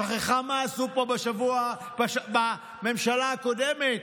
היא שכחה מה עשו פה בממשלה הקודמת.